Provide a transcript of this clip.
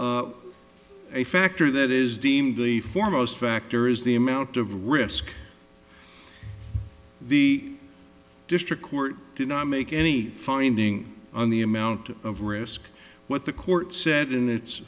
a factor that is deemed the foremost factor is the amount of risk the district court did not make any finding on the amount of risk what the court said in it